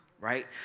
right